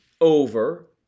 over